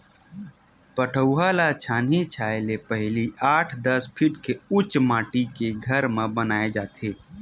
पठउवा ल छानही छाहे ले पहिली आठ, दस फीट के उच्च माठी के घर म बनाए जाथे